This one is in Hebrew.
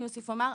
אני אוסיף ואומר,